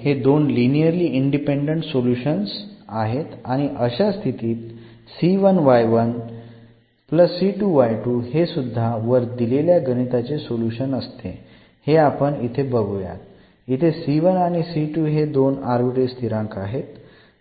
हे दोन linearly independent solutions आहेत आणि अशा स्थितीत हे सुध्दा वर दिलेल्या गणिताचे सोल्युशन असते हे आपण इथे बघुयात इथे आणि हे आर्बिट्ररी स्थिरांक आहेत